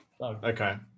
okay